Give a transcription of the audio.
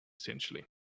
essentially